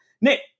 Nick